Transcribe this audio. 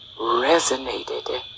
resonated